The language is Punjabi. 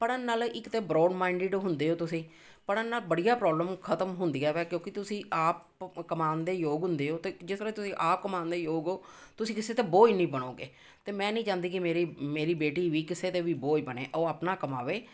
ਪੜ੍ਹਨ ਨਾਲ਼ ਇੱਕ ਤਾਂ ਬਰੋਡ ਮਾਇੰਡਿਡ ਹੁੰਦੇ ਹੋ ਤੁਸੀਂ ਪੜ੍ਹਨ ਨਾਲ਼ ਬੜੀਆਂ ਪ੍ਰੋਬਲਮ ਖ਼ਤਮ ਹੁੰਦੀਆਂ ਵਾ ਕਿਉਂਕਿ ਤੁਸੀਂ ਆਪ ਕਮਾਉਣ ਦੇ ਯੋਗ ਹੁੰਦੇ ਹੋ ਅਤੇ ਜਿਸ ਤਰ੍ਹਾਂ ਤੁਸੀਂ ਆਪ ਕਮਾਉਣ ਦੇ ਯੋਗ ਹੋ ਤੁਸੀਂ ਕਿਸੇ 'ਤੇ ਬੋਝ ਨਹੀਂ ਬਣੋਗੇ ਅਤੇ ਮੈਂ ਨਹੀਂ ਚਾਹੁੰਦੀ ਕਿ ਮੇਰੀ ਮੇਰੀ ਬੇਟੀ ਵੀ ਕਿਸੇ 'ਤੇ ਵੀ ਬੋਝ ਬਣੇ ਉਹ ਆਪਣਾ ਕਮਾਵੇ